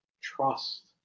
trust